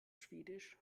schwedisch